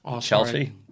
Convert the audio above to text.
Chelsea